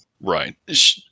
Right